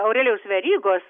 aurelijaus verygos